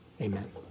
Amen